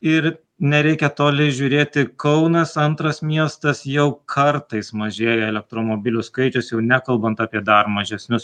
ir nereikia toli žiūrėti kaunas antras miestas jau kartais mažėja elektromobilių skaičius jau nekalbant apie dar mažesnius